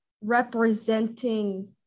representing